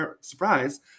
surprise